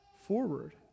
forward